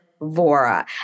Vora